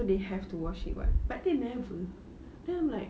so they have to wash it what but then never then I'm like